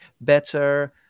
better